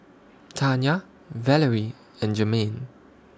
Tanya Valery and Jermain